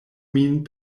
min